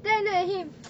then I look at him